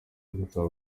gusaba